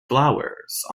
flowers